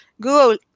Google